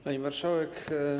Pani Marszałek!